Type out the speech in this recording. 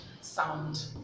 sound